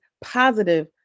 positive